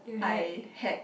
I had